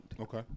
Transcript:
okay